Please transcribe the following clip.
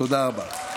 תודה רבה.